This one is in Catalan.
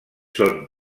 són